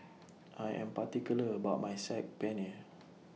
I Am particular about My Saag Paneer